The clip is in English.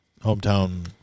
hometown